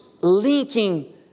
linking